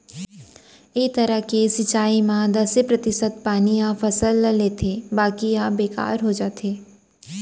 ए तरह के सिंचई म दसे परतिसत पानी ह फसल ल लेथे बाकी ह बेकार हो जाथे